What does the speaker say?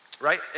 right